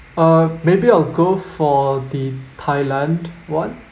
uh maybe I'll go for the thailand one